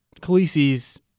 khaleesi's